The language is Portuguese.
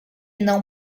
não